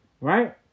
right